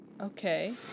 Okay